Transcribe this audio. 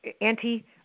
Auntie